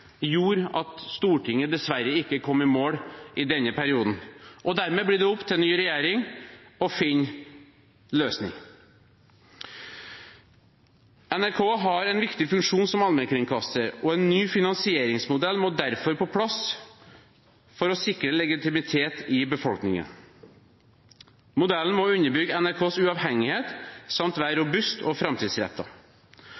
gjorde at Stortinget dessverre ikke kom i mål i denne perioden, og dermed blir det opp til ny regjering å finne løsninger. NRK har en viktig funksjon som allmennkringkaster, og en ny finansieringsmodell må derfor på plass for å sikre legitimitet i befolkningen. Modellen må underbygge NRKs uavhengighet samt være